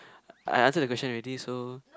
I answer the question already so